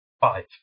Five